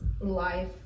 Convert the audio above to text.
life